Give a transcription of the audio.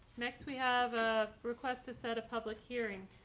next we have a request to set a public hearing.